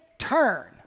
turn